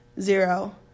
zero